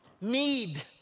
Need